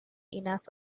enough